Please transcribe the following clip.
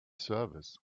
service